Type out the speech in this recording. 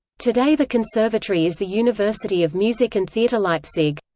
today the conservatory is the university of music and theatre leipzig.